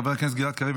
חבר הכנסת גלעד קריב,